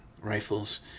rifles